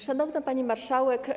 Szanowna Pani Marszałek!